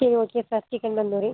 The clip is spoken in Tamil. சரி ஓகே சார் சிக்கன் தந்தூரி